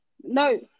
No